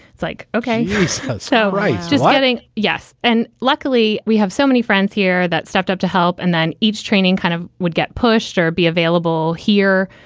it's like, okay. he's so right. just kidding. yes. and luckily, we have so many friends here that stepped up to help. and then each training kind of would get pushed or be available here.